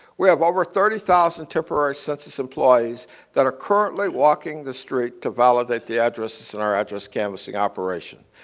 we have over thirty thousand temporary census employees that are currently walking the street to validate the addresses in our address canvassing operation.